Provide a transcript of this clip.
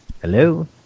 Hello